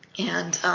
and